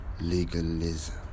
legalism